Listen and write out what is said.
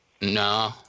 No